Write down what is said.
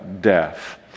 death